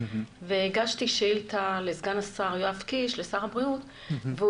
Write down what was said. והגשתי שאילתה לסגן שר הבריאות יואב